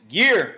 year